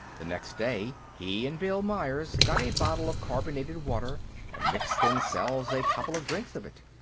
the next day, he and bill myers got a bottle of carbonated water and mixed themselves a couple of drinks of it.